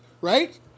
Right